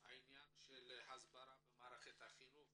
בעניין ההסברה במערכת החינוך